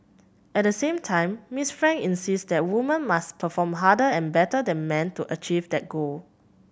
at the same time Miss Frank insists that women must perform harder and better than men to achieve that goal